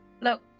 Look